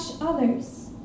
others